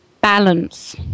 balance